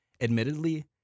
Admittedly